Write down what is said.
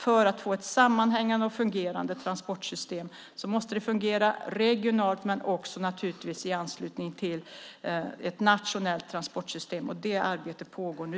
För att få ett sammanhängande och fungerande transportsystem måste det fungera regionalt men givetvis också i anslutning till ett nationellt tranportsystem. Det arbetet pågår nu.